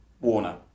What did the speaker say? Warner